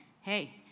Hey